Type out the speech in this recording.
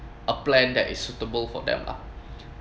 a plan that is suitable for them lah